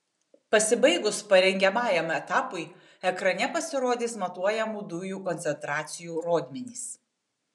pasibaigus parengiamajam etapui ekrane pasirodys matuojamų dujų koncentracijų rodmenys